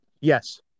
Yes